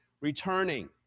returning